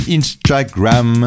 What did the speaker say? Instagram